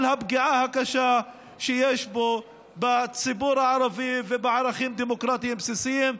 על הפגיעה הקשה שיש בו בציבור הערבי ובערכים דמוקרטיים בסיסיים.